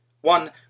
One